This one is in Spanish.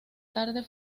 tarde